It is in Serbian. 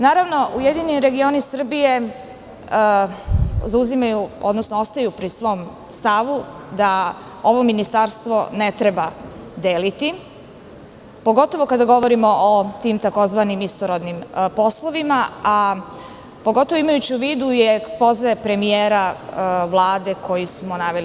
Naravno, URS zauzimaju, odnosno ostaju pri svom stavu da ovo ministarstvo ne treba deliti pogotovo kada govorimo o tim tzv. istorodnim poslovima, a pogotovo imajući u vidu i ekspoze premijera Vlade koji smo naveli.